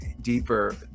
deeper